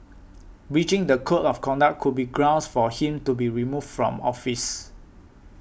breaching the code of conduct could be grounds for him to be removed from office